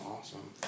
awesome